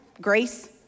Grace